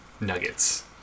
Nuggets